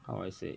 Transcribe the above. how do I say